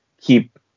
keep